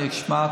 אני אשמע.